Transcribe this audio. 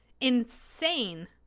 insane